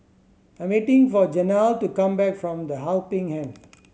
I'm waiting for Janell to come back from The Helping Hand